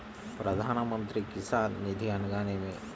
ప్రధాన మంత్రి కిసాన్ నిధి అనగా నేమి?